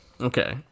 Okay